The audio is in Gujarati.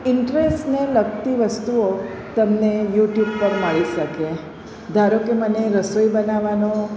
ઇન્ટરેસ્ટ ને લગતી વસ્તુઓ તમને યુટ્યુબ પર મળી શકે ધારોકે મને રસોઈ બનાવવાનો